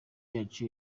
yacu